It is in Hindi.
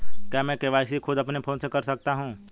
क्या मैं के.वाई.सी खुद अपने फोन से कर सकता हूँ?